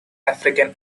african